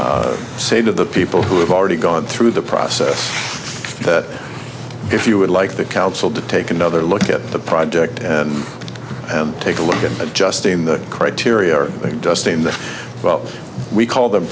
to say to the people who have already gone through the process that if you would like the council to take another look at the project and and take a look at adjusting the criteria are they dusting the well we call them